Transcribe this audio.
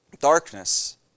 darkness